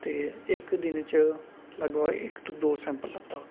ते इक दिन च लगभग इक तू दो सैंपल लभदा उत्थूं